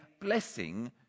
blessing